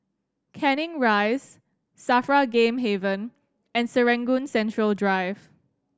Canning Rise SAFRA Game Haven and Serangoon Central Drive